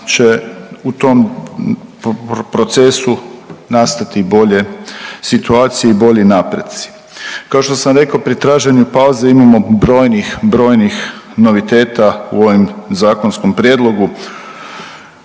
će u tom procesu nastati bolje situacije i bolji napreci. Kao što sam rekao pri traženju pauze imamo brojnih, brojnih noviteta u ovom zakonskom prijedlogu